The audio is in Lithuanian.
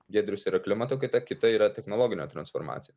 giedrius yra klimato kaita kita yra technologinė transformacija